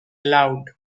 aloud